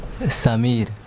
Samir